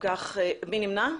מי נמנע?